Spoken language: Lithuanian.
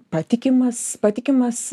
patikimas patikimas